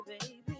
baby